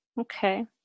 Okay